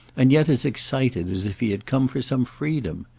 and yet as excited as if he had come for some freedom.